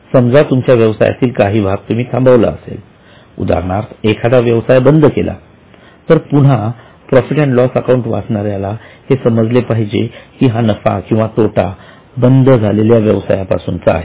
समजा तुमच्या व्यवसायातील काही भाग तुम्ही थांबवला असेल उदाहरणार्थ एखादा व्यवसाय बंद केला तर पुन्हा प्रॉफिट अँड लॉस अकाउंट वाचणाऱ्यांना हे समजले पाहिजे की हा नफा किंवा तोटा बंद झालेल्या व्यवसायापासूनचा आहे